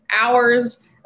hours